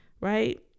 right